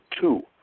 two